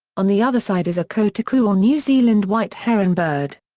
on the other side is a kotuku or new zealand white heron bird.